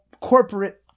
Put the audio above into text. corporate